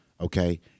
Okay